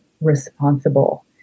responsible